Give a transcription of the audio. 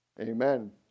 Amen